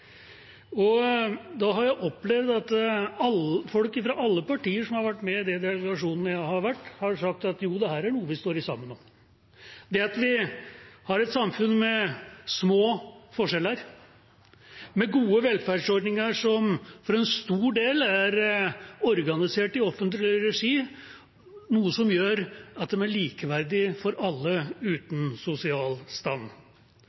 Da har jeg opplevd at folk fra alle partier som har vært med i de delegasjonene jeg har vært med i, har sagt: Jo, dette er noe vi står sammen om – det at vi har et samfunn med små forskjeller, med gode velferdsordninger som for en stor del er organisert i offentlig regi, noe som gjør at de er likeverdige for alle, uten sosial stand,